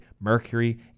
mercury